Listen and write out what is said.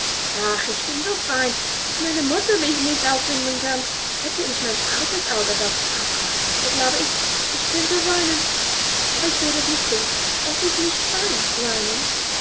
ach ich bin so fein daß meine mutter mich nicht auffinden kann hätte ich mein altes auge welches abbrach so glaube ich ich könnte weinen aber ich würde es nicht thun es ist nicht fein weinen